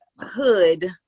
hood